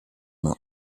main